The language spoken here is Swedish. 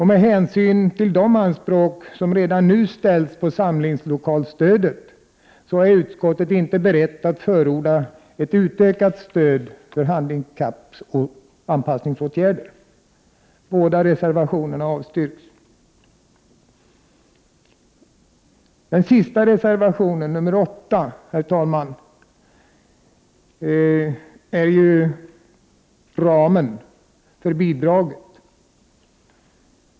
Med hänsyn till de anspråk som redan nu ställs på samlingslokalsstödet är utskottet inte berett att förorda ett utökat stöd för handikappanpassningsåtgärder. Båda reservationerna avstyrks. Reservationen 8 gäller ramen för bidraget.